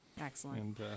Excellent